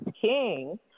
King